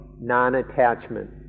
non-attachment